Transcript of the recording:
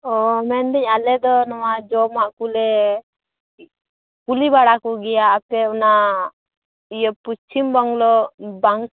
ᱚᱻ ᱢᱮᱱᱫᱟ ᱧ ᱟᱞᱮᱫᱚ ᱱᱚᱣᱟ ᱡᱚᱢᱟᱜ ᱠᱚᱞᱮ ᱠᱩᱞᱤ ᱵᱟᱲᱟ ᱠᱚᱜᱮᱭᱟ ᱟᱯᱮ ᱚᱱᱟ ᱤᱭᱟᱹ ᱯᱚᱥᱪᱷᱤᱢᱵᱚᱝᱞᱚ ᱵᱟᱝ